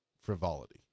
frivolity